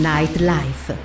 Nightlife